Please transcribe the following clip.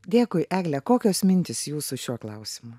dėkui egle kokios mintys jūsų šiuo klausimu